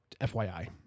FYI